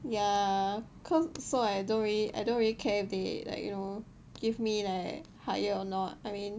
ya cause so I don't really I don't really care they like you know give me like higher or not I mean